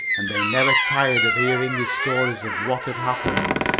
and they never tired of hearing his stories of what had happened.